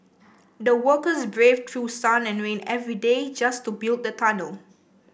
the workers braved through sun and rain every day just to build the tunnel